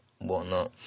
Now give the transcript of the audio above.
whatnot